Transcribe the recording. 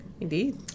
Indeed